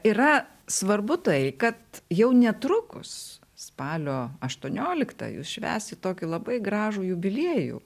yra svarbu tai kad jau netrukus spalio aštuonioliktą švęsi tokį labai gražų jubiliejų